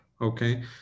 okay